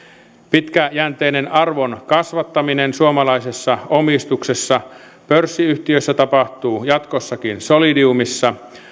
pitkäjänteinen arvon kasvattaminen suomalaisessa omistuksessa pörssiyhtiöissä tapahtuu jatkossakin solidiumissa